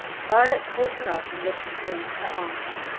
violet caught her up and lifted her into her arms.